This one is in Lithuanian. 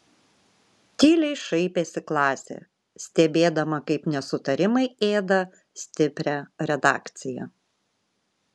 tyliai šaipėsi klasė stebėdama kaip nesutarimai ėda stiprią redakciją